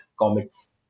comets